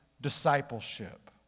discipleship